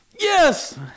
Yes